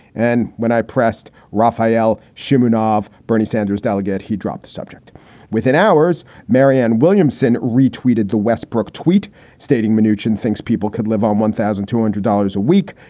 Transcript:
and when i pressed rafaelle shimmin ah of bernie sanders delegate, he dropped the subject within hours. marianne williamson retweeted the westbrooke tweet stating manoogian thinks people could live on one thousand two hundred dollars a week.